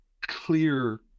clear